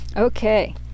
Okay